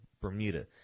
Bermuda